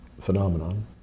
phenomenon